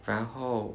然后